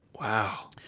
Wow